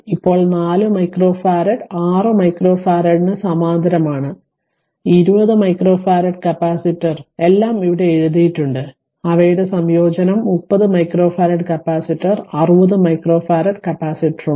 ഇപ്പോൾ 4 മൈക്രോഫറാഡ് 6 മൈക്രോഫറാഡിന് സമാന്തരമാണ് 20 മൈക്രോഫറാഡ് കപ്പാസിറ്റർ എല്ലാം ഇവിടെ എഴുതിയിട്ടുണ്ട് അവയുടെ സംയോജനം 30 മൈക്രോഫാരഡ് കപ്പാസിറ്റർ 60 മൈക്രോഫറാഡ് കപ്പാസിറ്ററുമായി